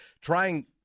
trying